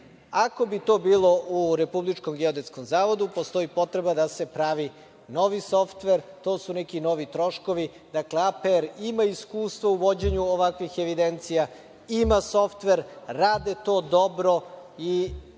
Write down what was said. Ako bi to bilo u Republičkom geodetskom zavodu, postoji potreba da se pravi novi softver, to su neki novi troškovi. Dakle, Agencija za privredne registre ima iskustvo u vođenju ovakvih evidencija, ima softver, rade to dobro i